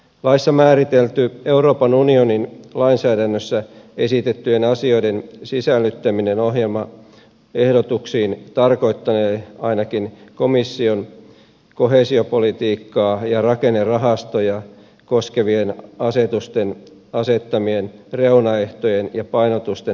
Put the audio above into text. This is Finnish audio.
laissa määritelty euroopan unionin lainsäädännössä esitettyjen asioiden sisällyttäminen ohjelmaehdotuksiin tarkoittanee ainakin komission koheesiopolitiikkaa ja rakennerahastoja koskevien asetusten asettamien reunaehtojen ja painotusten huomioimista